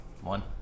One